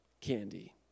candy